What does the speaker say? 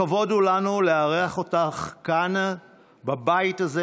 לכבוד הוא לנו לארח אותך כאן בבית הזה,